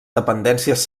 dependències